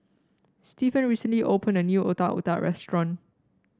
Stephan recently open a new Otak Otak restaurant